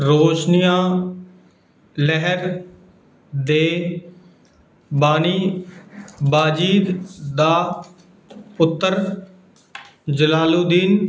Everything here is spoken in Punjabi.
ਰੋਸ਼ਨੀਆਂ ਲਹਿਰ ਦੇ ਬਾਨੀ ਬਾਜ਼ੀਦ ਦਾ ਪੁੱਤਰ ਜਲਾਲੂਦੀਨ